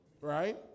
Right